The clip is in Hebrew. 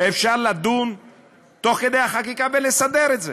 אפשר לדון תוך כדי חקיקה ולסדר את זה.